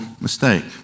mistake